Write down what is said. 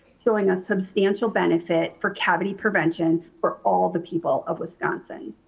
showing a substantial benefit for cavity prevention for all the people of wisconsin.